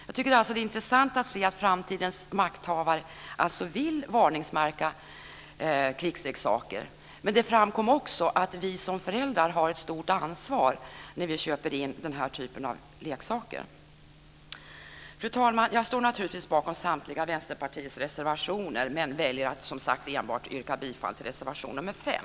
Jag tycker att det är intressant att se att framtidens makthavare vill varningsmärka krigsleksaker, men det framkom också att vi som föräldrar har ett stort ansvar när vi köper den här typen av leksaker. Fru talman! Jag står naturligtvis bakom samtliga Vänsterpartiets reservationer men väljer, som sagt, att enbart yrka bifall till reservation nr 5.